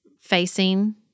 facing